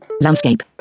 Landscape